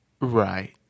Right